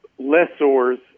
lessors